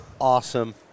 awesome